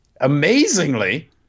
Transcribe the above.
Amazingly